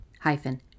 hyphen